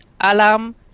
alarm